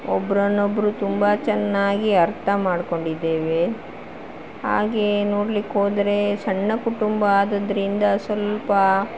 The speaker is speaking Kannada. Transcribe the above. ಒಬ್ರನ್ನೊಬ್ರು ತುಂಬ ಚೆನ್ನಾಗಿ ಅರ್ಥ ಮಾಡ್ಕೊಂಡಿದ್ದೇವೆ ಹಾಗೆಯೇ ನೋಡಲಿಕ್ಕೋದ್ರೆ ಸಣ್ಣ ಕುಟುಂಬ ಆದದ್ರಿಂದ ಸ್ವಲ್ಪ